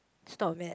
stop mat